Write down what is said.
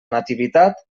nativitat